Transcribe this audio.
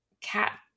Cat